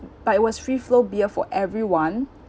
but it was free flow beer for everyone